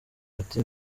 ati